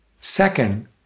Second